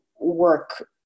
work